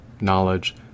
knowledge